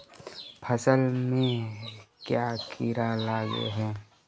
फसल में क्याँ कीड़ा लागे है?